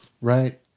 Right